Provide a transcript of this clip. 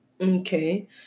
Okay